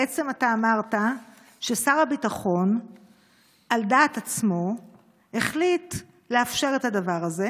בעצם אתה אמרת ששר הביטחון החליט לאפשר על דעת עצמו את הדבר הזה.